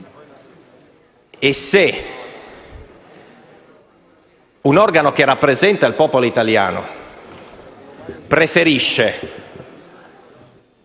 e se un organo che rappresenta il popolo italiano preferisce